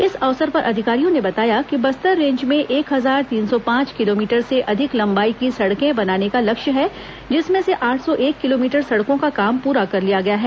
इस अवसर पर अधिकारियों ने बताया कि बस्तर रेंज में एक हजार तीन सौ पांच किलोमीटर से अधिक लंबाई की सड़कें बनाने का लक्ष्य है जिसमें से आठ सौ एक किलोमीटर सड़कों का काम प्ररा कर लिया गया है